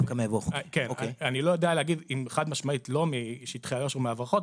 אני לא יודע להגיד אם חד משמעית לא משטחי איו"ש או מהברחות,